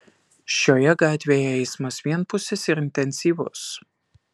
šioje gatvėje eismas vienpusis ir intensyvus